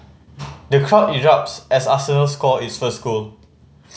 the crowd erupts as arsenal score its first goal